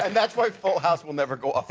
and that's why full house will never go ah